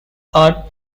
art